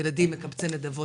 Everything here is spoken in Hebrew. ילדים מקבצי נדבות,